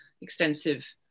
extensive